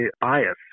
bias